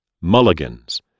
Mulligans